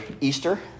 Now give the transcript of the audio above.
Easter